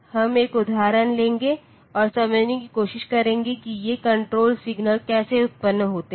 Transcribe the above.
हम एक उदाहरण लेंगे और समझने की कोशिश करेंगे कि ये कण्ट्रोल सिग्नल कैसे उत्पन्न होते हैं